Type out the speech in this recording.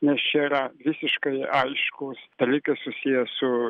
nes čia yra visiškai aiškūs dalykai susiję su